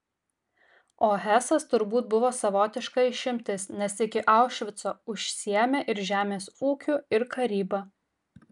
o hesas turbūt buvo savotiška išimtis nes iki aušvico užsiėmė ir žemės ūkiu ir karyba